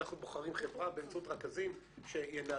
אנחנו בוחרים חברה באמצעות רכזים שינהלו,